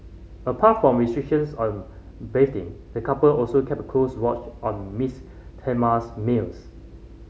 apart from restrictions on bathing the couple also kept a close watch on Miss Thelma's meals